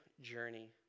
journey